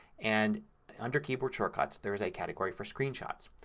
and under keyboard shortcuts there is a category for screen shots.